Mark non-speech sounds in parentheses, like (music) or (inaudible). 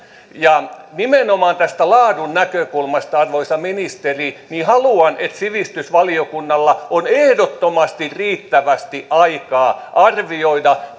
ja nimenomaan tästä laadun näkökulmasta arvoisa ministeri haluan että sivistysvaliokunnalla on ehdottomasti riittävästi aikaa arvioida (unintelligible)